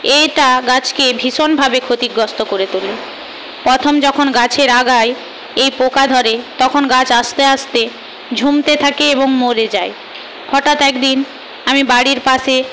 এইটা গাছকে ভীষণভাবে ক্ষতিগস্ত করে তোলে প্রথম যখন গাছের আগায় এই পোকা ধরে তখন গাছ আস্তে আস্তে ঝুমতে থাকে এবং মরে যায় হঠাৎ একদিন আমি বাড়ির পাশে